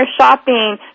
shopping